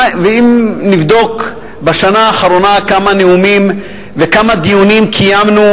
אם נבדוק בשנה האחרונה כמה נאומים וכמה דיונים קיימנו